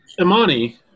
Imani